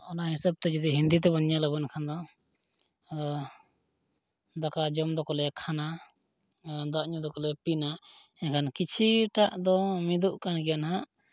ᱚᱱᱟ ᱦᱤᱥᱟᱹᱵᱽᱛᱮ ᱦᱤᱱᱫᱤ ᱛᱮᱵᱚᱱ ᱧᱮᱞᱟ ᱮᱱᱠᱷᱟᱱ ᱫᱚ ᱫᱟᱠᱟ ᱡᱚᱢ ᱫᱚᱠᱚ ᱞᱟᱹᱭᱟ ᱠᱷᱟᱱᱟ ᱫᱟᱜ ᱧᱩ ᱫᱚᱠᱚ ᱞᱟᱹᱭᱟ ᱯᱤᱱᱟ ᱮᱱᱠᱷᱟᱱ ᱠᱤᱪᱷᱩᱴᱟ ᱫᱚ ᱢᱤᱫᱚᱜ ᱠᱟᱱ ᱜᱮᱭᱟ ᱦᱟᱸᱜ